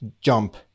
jump